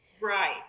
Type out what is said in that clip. Right